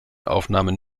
aufnahmen